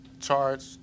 Charged